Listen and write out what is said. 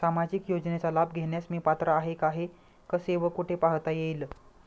सामाजिक योजनेचा लाभ घेण्यास मी पात्र आहे का हे कसे व कुठे पाहता येईल?